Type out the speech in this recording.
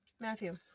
Matthew